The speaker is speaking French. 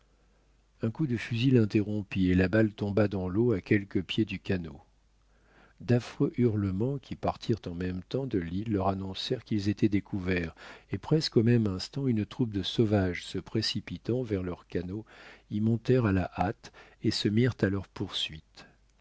un coup de fusil l'interrompit et la balle tomba dans l'eau à quelques pieds du canot d'affreux hurlements qui partirent en même temps de l'île leur annoncèrent qu'ils étaient découverts et presque au même instant une troupe de sauvages se précipitant vers leurs canots y montèrent à la hâte et se mirent à leur poursuite